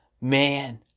man